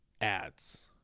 ads